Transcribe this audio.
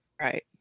Right